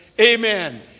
Amen